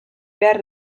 behar